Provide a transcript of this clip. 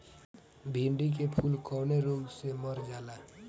भिन्डी के फूल कौने रोग से मर जाला?